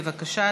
בבקשה,